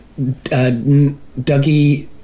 Dougie